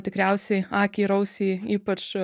tikriausiai akį ir ausį ypač